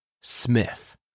Smith